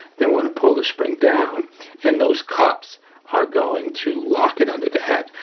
then we're gonna pull the spring down and those cups are going to lock it under the head.